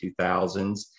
2000s